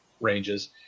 ranges